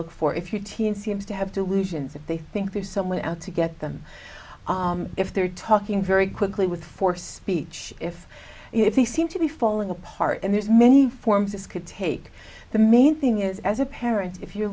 look for if your teen seems to have delusions if they think there's someone out to get them if they're talking very quickly with for speech if if they seem to be falling apart and there's many forms this could take the main thing is as a parent if you're